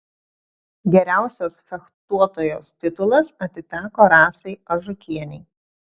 geriausios fechtuotojos titulas atiteko rasai ažukienei